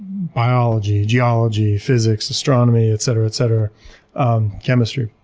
biology, geology, physics, astronomy, et cetera et cetera um chemistry,